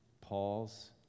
Paul's